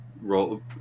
role